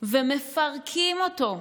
ומפרקים אותו,